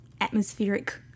atmospheric